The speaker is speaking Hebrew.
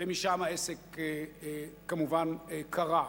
ומשם העסק כמובן קרה.